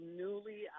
newly